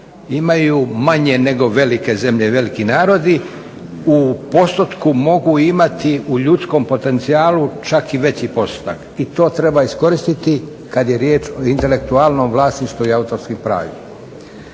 imaju manje nego velike zemlje i veliki narodi. U postotku mogu imati u ljudskom potencijalu čak i veći postotak i to treba iskoristiti kada je riječ o intelektualnom vlasništvu i autorskim pravima.